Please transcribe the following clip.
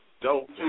dope